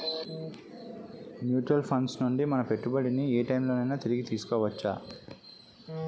Mutual funds నుండి మన పెట్టుబడిని ఏ టైం లోనైనా తిరిగి తీసుకోవచ్చా?